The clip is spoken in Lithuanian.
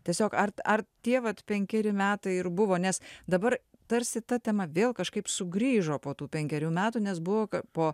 tiesiog ar ar tie vat penkeri metai ir buvo nes dabar tarsi ta tema vėl kažkaip sugrįžo po tų penkerių metų nes buvo kad po